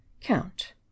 Count